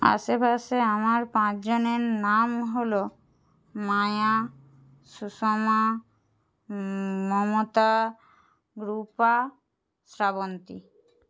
আশেপাশে আমার পাঁচজনের নাম হলো মায়া সুষমা মমতা রূপা শ্রাবন্তী